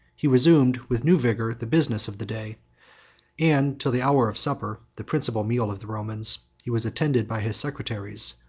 he resumed, with new vigor, the business of the day and, till the hour of supper, the principal meal of the romans, he was attended by his secretaries,